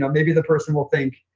um maybe the person will think,